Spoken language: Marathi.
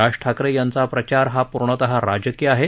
राज ठाकरे यांचा प्रचार हा पूर्णतः राजकीय आहे